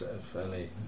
fairly